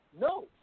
no